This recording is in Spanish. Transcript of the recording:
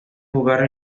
jugar